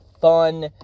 fun